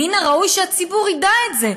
מן הראוי שהציבור ידע את זה.